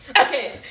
Okay